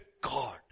God